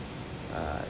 uh